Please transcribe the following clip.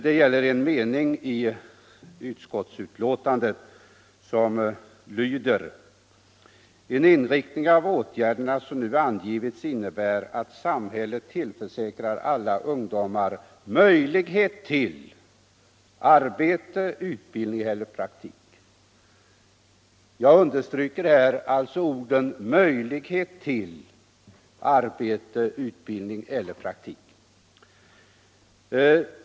Det gäller en mening i utskottsbetänkandet som lyder: ”Den inriktning av åtgärderna som nu angivits innebär att samhället tillförsäkrar alla ungdomar möjlighet till arbete, utbildning eller praktik.” Jag understryker här orden "möjlighet till arbete, utbildning eller praktik”.